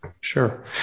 Sure